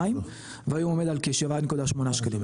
והיום עומד על 7.8 שקלים.